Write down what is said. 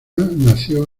nació